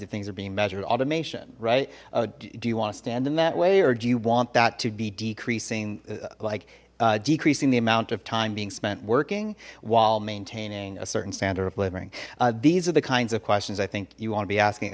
of things are being measured automation right oh do you want to stand in that way or do you want that to be decreasing like decreasing the amount of time being spent working while maintaining a certain standard of living these are the kinds of questions i think you want to be asking